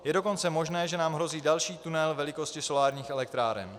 Je dokonce možné, že nám hrozí další tunel velikosti solárních elektráren.